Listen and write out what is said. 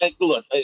look